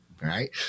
right